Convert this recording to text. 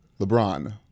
LeBron